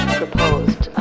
proposed